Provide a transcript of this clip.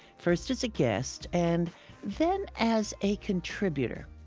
first as a guest and then as a contributor.